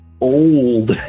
old